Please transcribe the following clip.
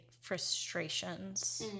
Frustrations